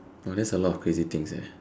orh that's a lot of crazy things eh